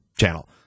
channel